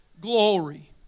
glory